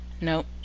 Nope